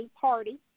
party